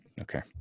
okay